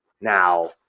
now